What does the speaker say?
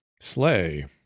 sleigh